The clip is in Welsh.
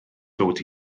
dod